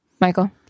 michael